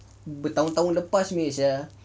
bertahun-tahun lepas punya sia